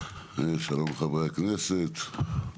שלום חברי הכנסת,